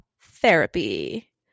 Therapy